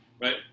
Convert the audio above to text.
Right